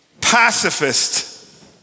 pacifist